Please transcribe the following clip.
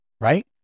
Right